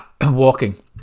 walking